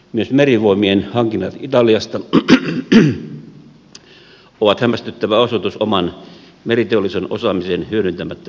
myös merivoimien hankinnat italiasta ovat hämmästyttävä osoitus oman meriteollisen osaamisen hyödyntämättä jättämisestä